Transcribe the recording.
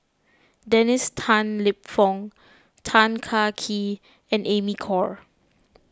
Dennis Tan Lip Fong Tan Kah Kee and Amy Khor